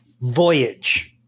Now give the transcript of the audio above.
Voyage